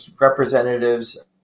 representatives